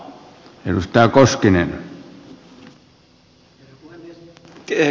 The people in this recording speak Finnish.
herra puhemies